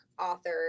author